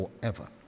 forever